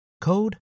code